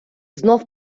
знов